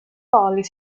farlig